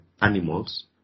animals